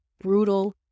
brutal